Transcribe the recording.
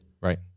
Right